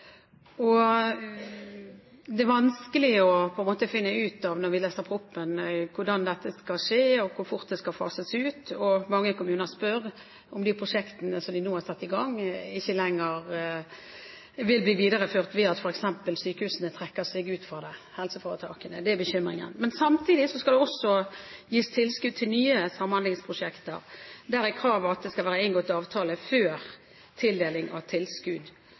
2012. Det er vanskelig, når vi leser proposisjonen, å finne ut av hvordan dette skal skje, og hvor fort den skal fases ut. Mange kommuner spør om de prosjektene som de nå har satt i gang, ikke lenger vil bli videreført, ved at f.eks. helseforetakene trekker seg ut av dem. Det er bekymringen. Samtidig skal det også gis tilskudd til nye samhandlingsprosjekter, der kravet er at det skal være inngått avtale før tildeling av tilskudd